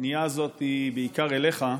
הפנייה הזאת היא בעיקר אליך,